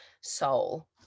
soul